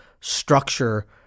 structure